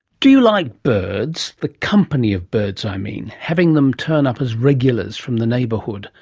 do you like birds? the company of birds i mean, having them turn up as regulars from the neighbourhood,